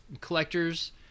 collectors